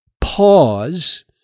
pause